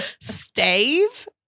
Stave